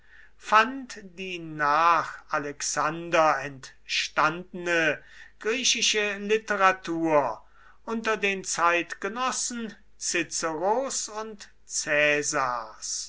fand die nach alexander entstandene griechische literatur unter den zeitgenossen ciceros und